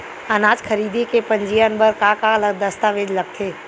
अनाज खरीदे के पंजीयन बर का का दस्तावेज लगथे?